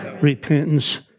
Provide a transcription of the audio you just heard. repentance